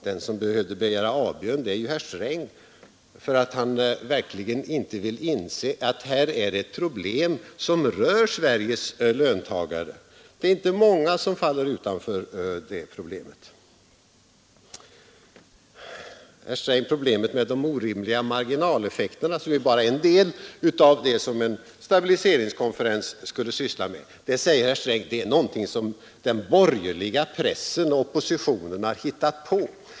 Den som borde göra avbön är ju herr Sträng, när han inte vill inse att det här verkligen är ett problem som rör Sveriges löntagare. Problemet med de orimliga marginaleffekterna, som bara är en del av det som en stabiliseringskonferens skulle syssla med, är någonting, säger herr Sträng, som den borgerliga pressen och oppositionen har hittat på.